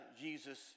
Jesus